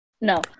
No